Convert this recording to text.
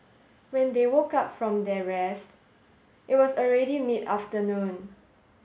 when they woke up from their rest it was already mid afternoon